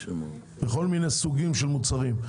בכל מיני סוגים של מוצרים: